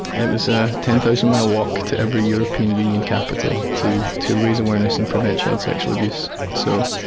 it was a ten thousand mile walk to every european union capital, to to raise awareness, and prevent child sexual abuse. so,